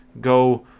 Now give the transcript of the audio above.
go